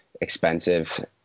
expensive